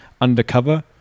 undercover